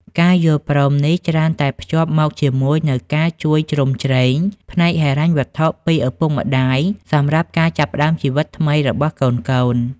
ការយល់ព្រមនេះច្រើនតែភ្ជាប់មកជាមួយនូវការជួយជ្រោមជ្រែងផ្នែកហិរញ្ញវត្ថុពីឪពុកម្ដាយសម្រាប់ការចាប់ផ្តើមជីវិតថ្មីរបស់កូនៗ។